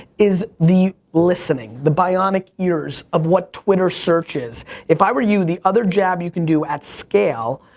is the listening, the bionic ears of what twitter search is. if i were you, the other jab, you can do at scale,